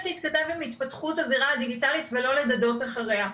להתכתב עם התפתחות הזירה הדיגיטלית ולא לדדות אחריה.